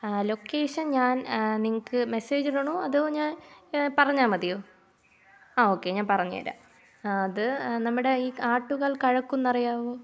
ആ ലൊക്കേഷൻ ഞാൻ നിങ്ങൾക്ക് മെസേജ് ഇടണോ അതോ ഞാൻ പറഞ്ഞാൽ മതിയോ ആ ഓക്കെ ഞാൻ പറഞ്ഞു തരാം ആ അത് നമ്മുടെ ഈ ആട്ടുകൽ കഴക്കുന്നം അറിയാവോ